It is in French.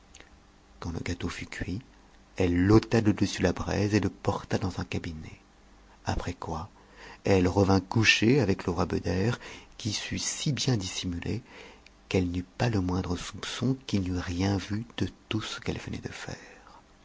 quand le gâteau fut cuit elle l'ôta de dessus la braise et le porta dans un cabinet après quoi elle revint coucher avec le roi beder qui sut si bien dissimuler qu'elle n'eut pas le moindre soupçon qu'il eût rien vu de tout ce qu'elle venait de faire